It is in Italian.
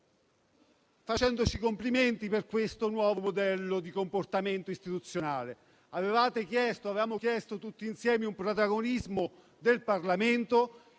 facendoci i complimenti per questo nuovo modello di comportamento istituzionale. Avevamo chiesto tutti insieme un protagonismo del Parlamento,